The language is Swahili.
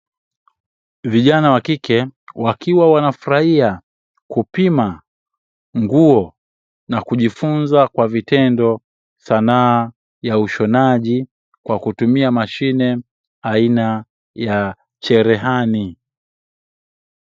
Vijana wa kike wakiwa wanafurahia kupima nguo na kujifunza kwa vitendo, sanaa ya ushonaji kwa kutumia mashine aina ya cherehani.